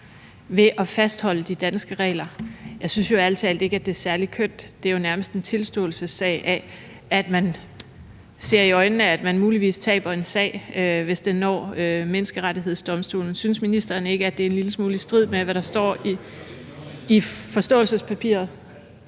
ved at fastholde de danske regler. Jeg synes jo ærlig talt ikke, at det er særlig kønt. Det er jo nærmest en tilståelsessag, i forhold til at man ser i øjnene, at man muligvis taber en sag, hvis den når Menneskerettighedsdomstolen. Synes ministeren ikke, at det er en lille smule i strid med, hvad der står i forståelsespapiret?